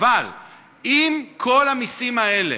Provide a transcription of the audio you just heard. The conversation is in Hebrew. אבל אם כל המסים האלה